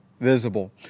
visible